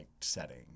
setting